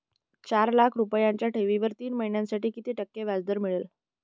चार लाख रुपयांच्या ठेवीवर तीन महिन्यांसाठी किती टक्के व्याजदर मिळेल?